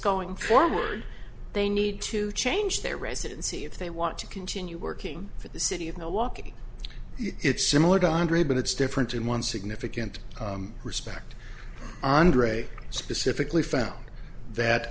going forward they need to change their residency if they want to continue working for the city of milwaukee it's similar to andre but it's different in one significant respect andre specifically found that